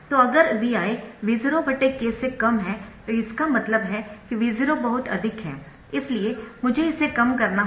तो अगर Vi V0k से कम है तो इसका मतलब है कि Vo बहुत अधिक है इसलिए मुझे इसे कम करना होगा